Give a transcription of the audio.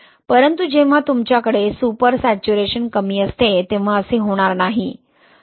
परंतु जेव्हा तुमच्याकडे सुपर सॅच्युरेशन कमी असते तेव्हा असे होणार नाही